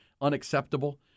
unacceptable